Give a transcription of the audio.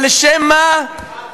11,